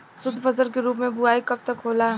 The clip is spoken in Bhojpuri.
शुद्धफसल के रूप में बुआई कब तक होला?